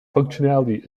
functionality